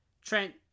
Trent